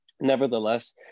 nevertheless